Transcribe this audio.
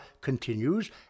continues